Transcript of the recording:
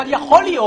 אבל יכול להיות